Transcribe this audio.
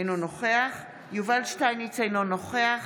אינו נוכח יובל שטייניץ, אינו נוכח